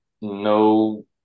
no